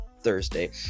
Thursday